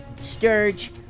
Sturge